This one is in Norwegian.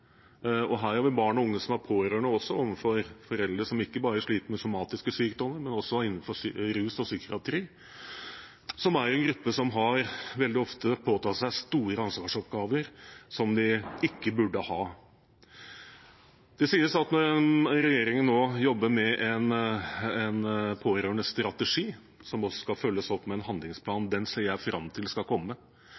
Her har vi barn og unge som er pårørende til foreldre som ikke bare sliter med somatiske sykdommer, men som også sliter med rus og psykiatri. Dette er en gruppe som veldig ofte påtar seg store ansvarsoppgaver som de ikke burde ha. Det sies at regjeringen nå jobber med en pårørendestrategi, som skal følges opp med en handlingsplan.